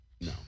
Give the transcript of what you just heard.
No